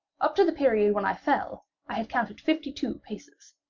up to the period when i fell i had counted fifty-two paces,